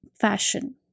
fashion